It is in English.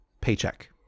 Paycheck